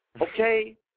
Okay